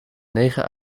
negen